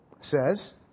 says